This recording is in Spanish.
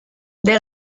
del